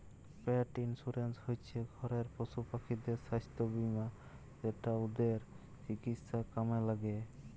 পেট insurance হচ্যে ঘরের পশুপাখিদের সাস্থ বীমা যেটা ওদের চিকিৎসায় কামে ল্যাগে